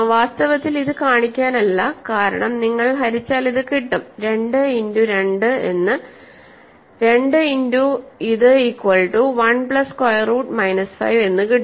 വാസ്തവത്തിൽ ഇത് കാണിക്കാനല്ല കാരണം നിങ്ങൾ ഹരിച്ചാൽ ഇത് കിട്ടും 2 ഇന്റു 2 എന്ന് 2 ഇന്റു ഇത് equal to 1 plus square root minus 5 എന്ന് കിട്ടും